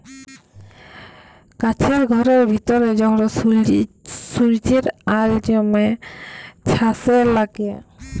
কাছের ঘরের ভিতরে যখল সূর্যের আল জ্যমে ছাসে লাগে